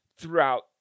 throughout